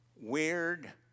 weird